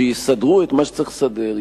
שיסדרו את מה שצריך לסדר,